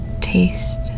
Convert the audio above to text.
taste